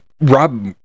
Rob